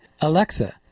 Alexa